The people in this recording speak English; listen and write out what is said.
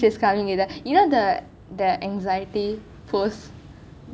I don't think she is coming either you know the anxiety post